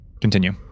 Continue